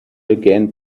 began